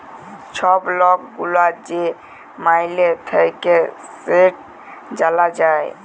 ছব লক গুলার যে মাইলে থ্যাকে সেট জালা যায়